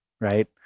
Right